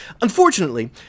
Unfortunately